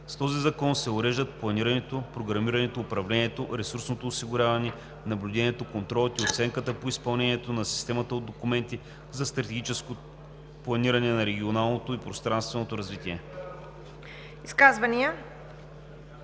С този закон се уреждат планирането, програмирането, управлението, ресурсното осигуряване, наблюдението, контролът и оценката по изпълнението на системата от документи за стратегическо планиране на регионалното и пространственото развитие.“